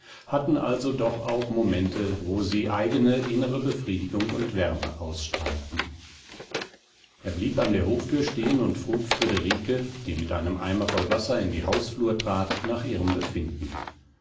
hatten also doch auch momente wo sie eigene innere befriedigung und wärme ausstrahlten er blieb an der hofthür stehen und frug friederike die mit einem eimer voll wasser in die hausflur trat nach ihrem befinden